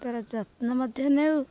ତାର ଯତ୍ନ ମଧ୍ୟ ନେଉ